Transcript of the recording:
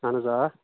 اہَن حظ آ